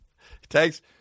Thanks